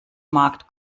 markt